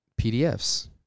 pdfs